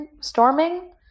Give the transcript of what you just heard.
storming